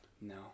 No